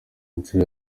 nshuro